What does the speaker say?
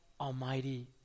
Almighty